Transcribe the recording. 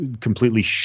completely